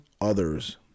others